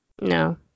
No